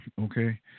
okay